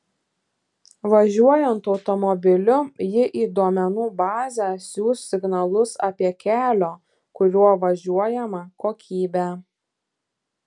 važiuojant automobiliu ji į duomenų bazę siųs signalus apie kelio kuriuo važiuojama kokybę